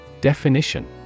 Definition